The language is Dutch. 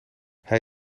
hij